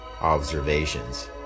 observations